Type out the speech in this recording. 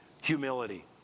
Humility